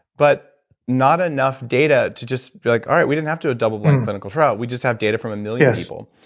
but not enough data to just be like, all right, we didn't have to do a double blind clinical trial, we just have data from a million people,